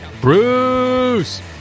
Bruce